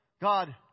God